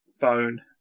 phone